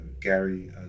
Gary